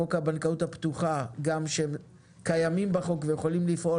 בחוק הבנקאות הפתוחה גם שהם קיימים בחוק ויכולים לפעול